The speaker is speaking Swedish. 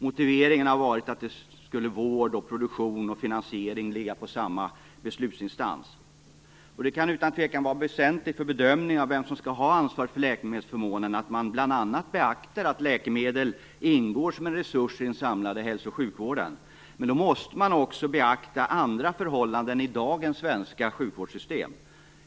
Motiveringarna har varit att då skulle ansvaret för vård, produktion och finansiering ligga på samma beslutsinstans. Det är utan tvekan väsentligt för bedömningen av vem som skall ha ansvaret för läkemedelsförmånen att man bl.a. beaktar att läkemedel ingår som en resurs i den samlade hälso och sjukvården, men då måste man också beakta andra förhållanden i dagens svenska sjukvårdssystem.